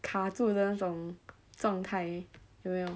卡住的那种状态有没有